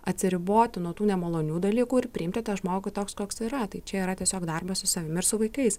atsiriboti nuo tų nemalonių dalykų ir priimti tą žmogų toks koks yra tai čia yra tiesiog darbas su savim ir su vaikais